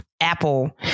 Apple